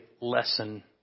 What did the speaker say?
lesson